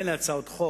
מילא הצעות חוק,